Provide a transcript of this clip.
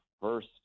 first